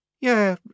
Yeah